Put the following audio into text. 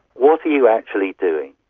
what are you actually doing?